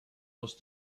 was